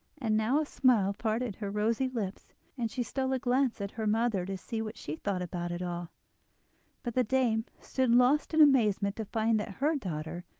and now a smile parted her rosy lips and she stole a glance at her mother to see what she thought about it all but the dame stood lost in amazement to find that her daughter,